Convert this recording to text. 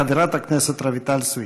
חברת הכנסת רויטל סויד.